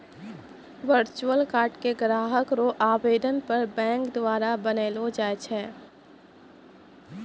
virtual card के ग्राहक रो आवेदन पर बैंक द्वारा बनैलो जाय छै